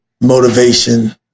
motivation